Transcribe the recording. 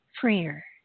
freer